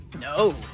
No